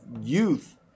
youth